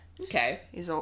Okay